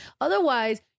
Otherwise